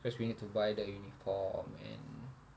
cause we need to buy the uniform and